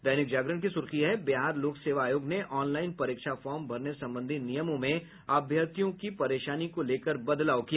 दैनिक जागरण की सूर्खी है बिहार लोक सेवा आयोग ने ऑनलाईन परीक्षा फार्म भरने संबंधी नियमों में अभ्यर्थियों की परेशानी को लेकर बदलाव किया